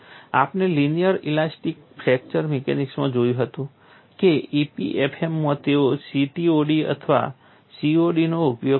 આપણે linear elastic fracture મિકેનિક્સમાં જોયું હતું કે EPFM માં તેઓ CTOD અથવા COD નો ઉપયોગ કરે છે